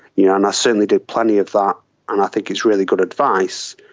yeah and i certainly did plenty of that and i think it's really good advice.